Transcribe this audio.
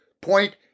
point